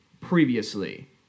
previously